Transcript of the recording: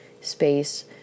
space